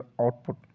output